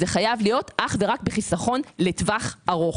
זה חייב להיות אך ורק בחיסכון לטווח ארוך,